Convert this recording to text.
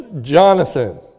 Jonathan